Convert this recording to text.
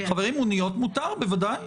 חברים, מוניות מותר, בוודאי.